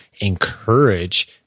encourage